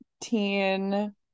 teen